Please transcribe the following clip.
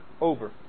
over